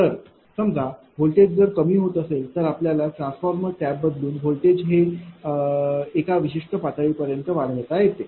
तर समजा व्होल्टेज जर कमी होत असेल तर आपल्याला ट्रान्सफॉर्मर टॅप बदलून व्होल्टेज हे का विशिष्ट पातळीपर्यंत वाढवता येते